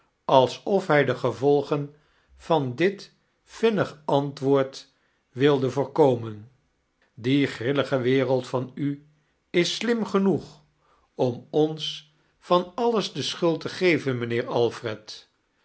alsof hij de gevolgen van dit vinnig antwoord wilde voorkomen die grillige wereld van u is slim genoeg om ona van alles de schuld te geven mijnhear alfred